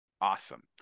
Awesome